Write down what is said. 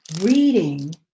reading